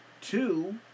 Two